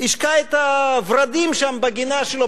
השקה את הוורדים שם בגינה שלו,